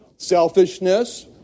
Selfishness